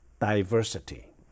diversity